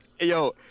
yo